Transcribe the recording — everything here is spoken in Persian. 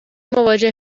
مواجه